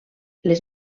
les